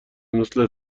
مثل